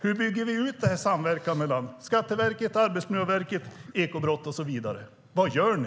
Hur byggs samverkan ut mellan Skatteverket, Arbetsmiljöverket, Ekobrottsmyndigheten och så vidare? Vad gör ni?